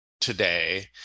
today